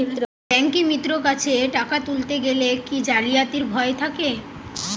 ব্যাঙ্কিমিত্র কাছে টাকা তুলতে গেলে কি জালিয়াতির ভয় থাকে?